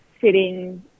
sitting